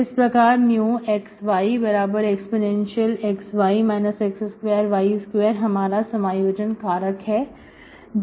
इस प्रकार μxyexy x2y2 हमारा समायोजन कारक है जहां v ही xy है